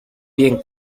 bien